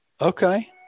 Okay